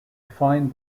find